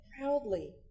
proudly